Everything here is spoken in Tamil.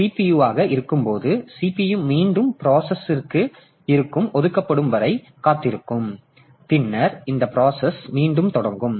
அது CPU ஆக இருக்கும்போது CPU மீண்டும் ப்ராசஸ் இருக்கு ஒதுக்கப்படும் வரை காத்திருக்கும் பின்னர் இந்த பிராசஸ் மீண்டும் தொடங்கும்